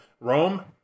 Rome